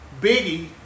Biggie